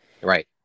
right